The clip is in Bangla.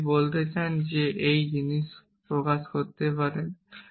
আপনি কি বলতে চান আপনি একই জিনিস প্রকাশ করতে পারেন